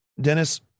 Dennis